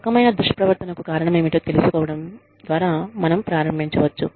ఈ రకమైన దుష్ప్రవర్తనకు కారణమేమిటో తెలుసుకోవడం ద్వారా మనం ప్రారంభించవచ్చు